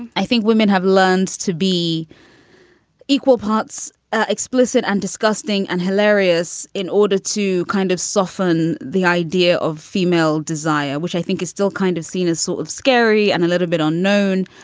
i think women have learned to be equal parts explicit and disgusting and hilarious in order to kind of soften the idea of female desire, which i think is still kind of seen as sort of scary and a little bit unknown.